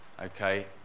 okay